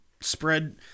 spread